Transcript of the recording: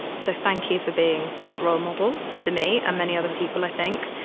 so thank you for being that role model to me and many other people, i think.